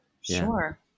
sure